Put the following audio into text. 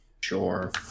Sure